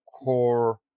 core